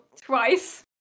twice